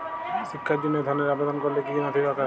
শিক্ষার জন্য ধনের আবেদন করলে কী নথি দরকার হয়?